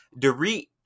Dorit